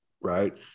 right